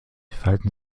verhalten